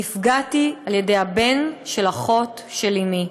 נפגעתי על-ידי הבן של אחות של אמי.